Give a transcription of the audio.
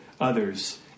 others